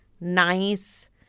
nice